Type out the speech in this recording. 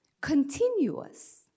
Continuous